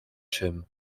czym